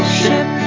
ship